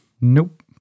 Nope